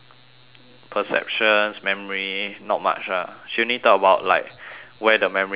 perceptions memory not much ah she only talk about like where the memory are stored lah